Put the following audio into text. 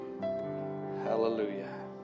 Hallelujah